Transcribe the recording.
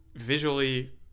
visually